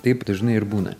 taip dažnai ir būna